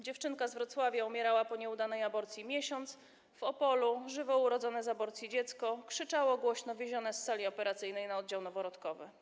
Dziewczynka z Wrocławia umierała po nieudanej aborcji miesiąc, w Opolu żywo urodzone z aborcji dziecko głośno krzyczało wiezione z sali operacyjnej na oddział noworodkowy.